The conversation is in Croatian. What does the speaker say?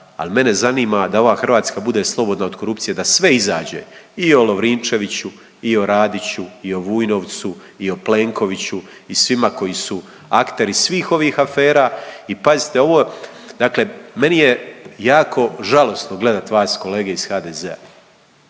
ali mene zanima da ova Hrvatska bude slobodna od korupcije da sve izađe i o Lovrinčeviću i o Radiću i o Vujnovcu i o Plenkoviću i svima koji su akteri svih ovih afera i pazite ovo, dakle meni je jako žalosno gledat vas kolege iz HDZ-a